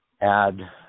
add